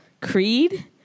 creed